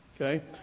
okay